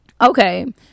okay